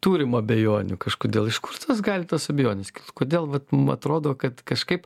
turim abejonių kažkodėl iš kur tos gali tos abejonės kodėl vat mum atrodo kad kažkaip